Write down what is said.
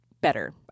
better